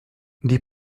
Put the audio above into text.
die